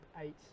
eight